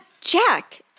Jack